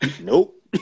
Nope